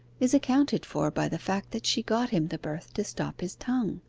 is accounted for by the fact that she got him the berth to stop his tongue.